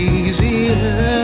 easier